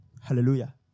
Hallelujah